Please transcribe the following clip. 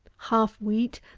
half wheat,